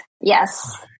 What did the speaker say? Yes